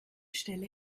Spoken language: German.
stelle